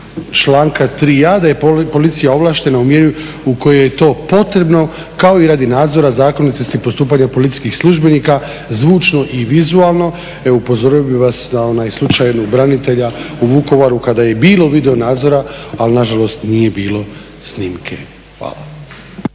članka 3.a da je policija ovlaštena u mjeri u kojoj je to potrebno kao i radi nadzora zakonitosti postupanja policijskih službenika zvučno i vizualno. Upozorio bih vas na onaj slučaj jednog branitelja u Vukovaru kada je i bilo video nadzora ali nažalost nije bilo snimke. Hvala.